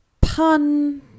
pun